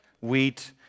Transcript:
wheat